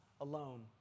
alone